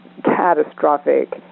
catastrophic